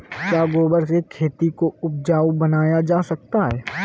क्या गोबर से खेती को उपजाउ बनाया जा सकता है?